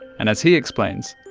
and as he explains,